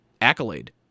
accolade